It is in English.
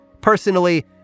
Personally